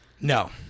No